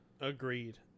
Agreed